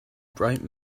bright